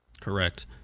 Correct